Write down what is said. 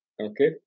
Okay